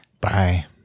bye